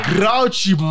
Grouchy